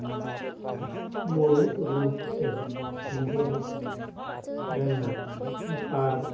ᱢᱩᱬᱩᱛ ᱨᱳᱜᱽ ᱛᱮ ᱥᱮᱸᱜᱮᱞ ᱨᱮᱱᱟᱜ ᱟᱛᱟᱨ